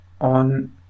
on